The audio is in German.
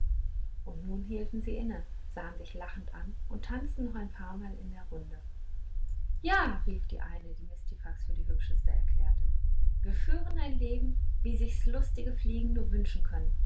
und nun hielten sie inne sahen sich lachend an und tanzten noch ein paarmal in der runde ja rief die eine die mistifax für die hübscheste erklärte wir führen ein leben wie sich's lustige fliegen nur wünschen können